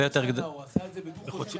הוא עשה את זה בדו-חודשי.